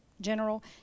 general